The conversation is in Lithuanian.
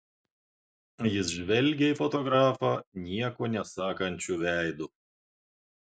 jis žvelgė į fotografą nieko nesakančiu veidu